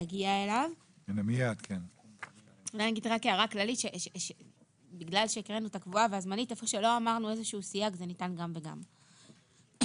רק מזכיר שב-2016 התקבל חוק חשוב מאוד של ייצוג הולם